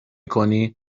کنی